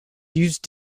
used